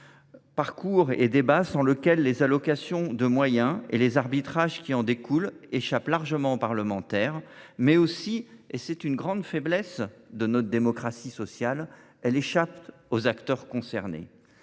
Sans un tel débat, les allocations de moyens et les arbitrages qui en découlent échappent largement aux parlementaires, mais aussi, et c’est une grande faiblesse de notre démocratie sociale, aux acteurs concernés.